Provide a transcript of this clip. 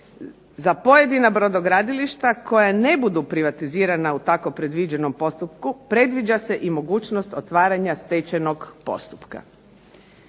Za pojedina brodogradilišta koja ne budu privatizirana u tako predviđenom postupku predviđa se mogućnost otvaranja stečajnog postupka“.